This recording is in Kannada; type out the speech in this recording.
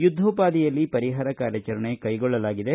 ಯುದ್ಯೋಪಾದಿಯಲ್ಲಿ ಪರಿಹಾರ ಕಾರ್ಯಚರಣೆ ಕೈಗೊಳ್ಳಲಾಗಿದೆ